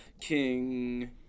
King